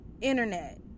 Internet